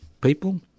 people